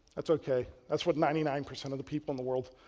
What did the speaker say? that's ok. that's what ninety nine percent of the people in the world.